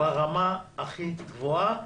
ברמה הכי גבוהה,